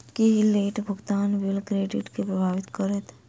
की late भुगतान bill credit केँ प्रभावित करतै?